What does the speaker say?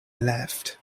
left